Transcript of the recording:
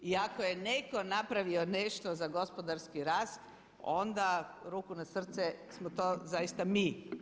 I ako je netko napravio nešto za gospodarski rast onda ruku na srce smo to zaista mi.